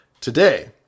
Today